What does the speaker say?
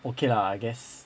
okay lah I guess